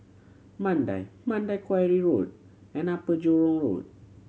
Mandai Mandai Quarry Road and Upper Jurong Road